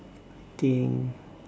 I think